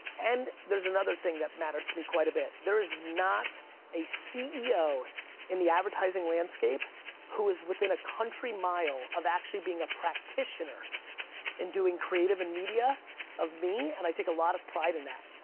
and there's another thing that matters to me quite a bit, there's not a ceo in the advertising landscape who is within a country mile of actually being a practitioner in doing creative and media of me, and i take a lot of pride in that.